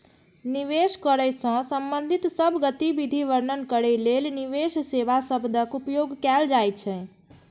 निवेश करै सं संबंधित सब गतिविधि वर्णन करै लेल निवेश सेवा शब्दक उपयोग कैल जाइ छै